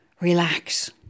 relax